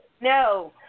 no